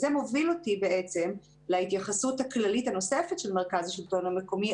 זה בעצם מוביל אותי להתייחסות הכללית הנוספת של מרכז השלטון המקומי,